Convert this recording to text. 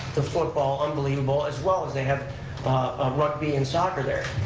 the football, unbelievable, as well as they have rugby and soccer there.